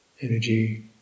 Energy